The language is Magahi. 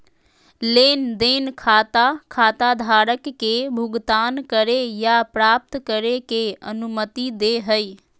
लेन देन खाता खाताधारक के भुगतान करे या प्राप्त करे के अनुमति दे हइ